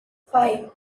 five